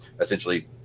essentially